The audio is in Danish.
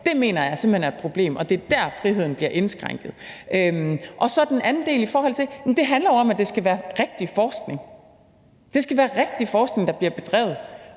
mener jeg simpelt hen er et problem, og det er der, friheden bliver indskrænket. Til den anden del vil jeg sige, at det jo handler om, at det skal være rigtig forskning. Det skal være rigtig forskning, der bliver bedrevet,